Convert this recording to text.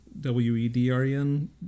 W-E-D-R-E-N